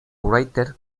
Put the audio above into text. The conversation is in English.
writer